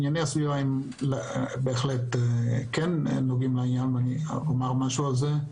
ענייני הסיוע כן נוגעים לעניין ואני אומר משהו על זה.